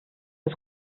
des